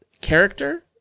character